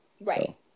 Right